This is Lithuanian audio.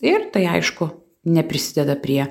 ir tai aišku neprisideda prie